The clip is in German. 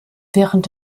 während